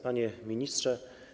Panie Ministrze!